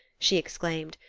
she exclaimed,